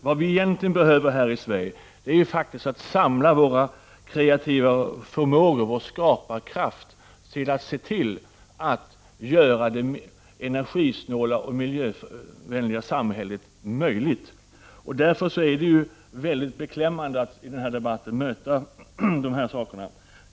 Vad vi egentligen behöver göra här i Sverige är alltså att samla våra kreativa förmågor och all skaparkraft för att se till att göra det energisnåla och miljövänliga samhället möjligt. Därför är det mycket beklämmande att i den här debatten möta sådana här saker.